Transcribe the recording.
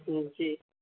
جی